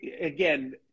again